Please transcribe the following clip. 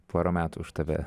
pora metų už tave